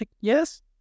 yes